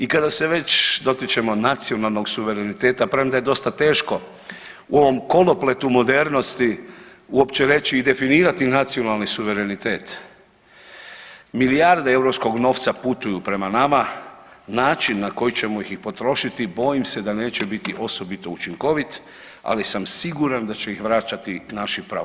I kada se već dotičemo nacionalnog suvereniteta premda je dosta teško u ovom kolopletu modernosti uopće reći i definirati nacionalni suverenitet milijarde europskog novca putu prema nama, način na koji ćemo ih i potrošiti bojim se da neće biti osobito učinkovit, ali sam siguran da će ih vraćati naši praunuci.